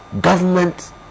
government